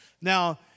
Now